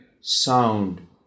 sound